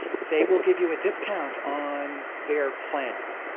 they will give you a discount on their plans.